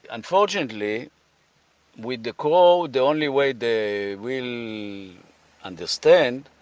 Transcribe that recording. unfortunately with the crow, the only way they will understand,